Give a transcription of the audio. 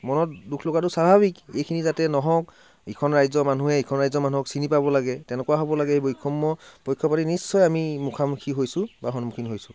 মনত দুখ লগাটো স্বাভাৱিক এইখিনি যাতে নহওক ইখন ৰাজ্যৰ মানুহে সিখন ৰাজ্যৰ মানুহক চিনি পাব লাগে তেনেকুৱা হ'ব লাগে এই বৈষম্য পক্ষপাতি নিশ্চয় আমি মুখামুখি হৈছো বা সন্মূখীন হৈছো